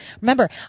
Remember